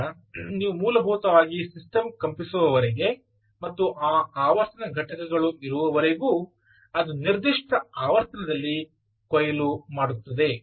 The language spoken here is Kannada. ನಂತರ ನೀವು ಮೂಲಭೂತವಾಗಿ ಸಿಸ್ಟಮ್ ಕಂಪಿಸುವವರೆಗೆ ಮತ್ತು ಈ ಆವರ್ತನ ಘಟಕಗಳು ಇರುವವರೆಗೂ ಅದು ನಿರ್ದಿಷ್ಟ ಆವರ್ತನದಲ್ಲಿ ಕೊಯ್ಲು ಮಾಡುತ್ತದೆ